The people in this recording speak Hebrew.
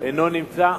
אינו נמצא.